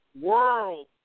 World